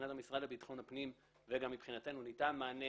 מבחינת המשרד לביטחון הפנים ומבחינת משרד האוצר ניתן מענה